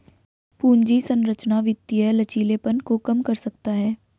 पूंजी संरचना वित्तीय लचीलेपन को कम कर सकता है